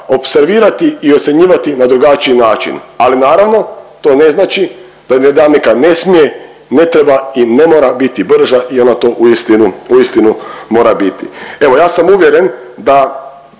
opservirati i ocjenjivati na drugačiji način. Ali naravno to ne znači da nekad ne smije, ne treba i ne mora biti brža i ona to uistinu mora biti. Evo ja sam uvjeren da